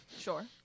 Sure